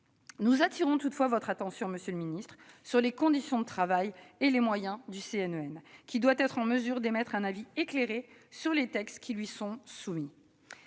Nous attirons toutefois votre attention, monsieur le secrétaire d'État, sur les conditions de travail et les moyens du CNEN, qui doit être en mesure d'émettre un avis éclairé sur les textes qui lui sont soumis.